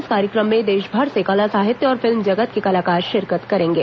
इस कार्यक्रम में देशभर से कला साहित्य और फिल्म जगत के कलाकार शिरकत करेंगे